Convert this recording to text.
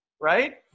right